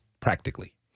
practically